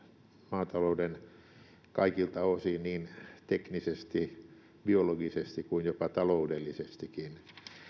maatalouden kaikilta osin niin teknisesti biologisesti kuin jopa taloudellisestikin